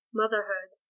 motherhood